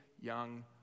young